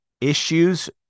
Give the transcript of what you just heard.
issues